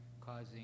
causing